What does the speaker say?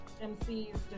MCs